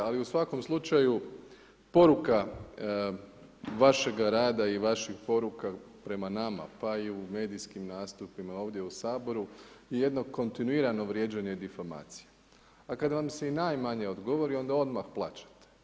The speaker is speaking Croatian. Ali u svakom slučaju poruka vašega rada i vaših poruka prema nama pa i u medijskim nastupima i ovdje u Saboru je jedno kontinuirano vrijeđanje i ... A kada vam se i najmanje odgovori onda odmah plačete.